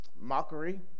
mockery